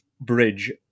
bridge